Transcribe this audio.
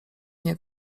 nie